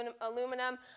aluminum